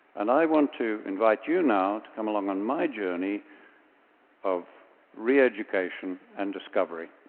and i want to invite you now to come along on my journey of reeducation and discovery.